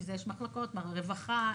בשביל יש מחלקות רווחה,